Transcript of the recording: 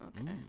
okay